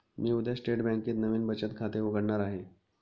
मी उद्या स्टेट बँकेत नवीन बचत खाते उघडणार आहे